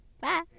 Bye